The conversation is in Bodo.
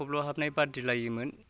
थब्ल'हाबनाय बादिलायोमोन